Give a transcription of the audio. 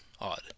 odd